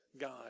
God